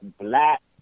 black